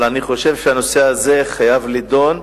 אבל אני חושב שהנושא הזה חייב להידון,